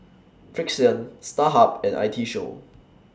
Frixion Starhub and I T Show